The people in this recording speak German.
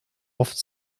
oft